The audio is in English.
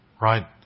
Right